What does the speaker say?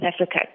Africa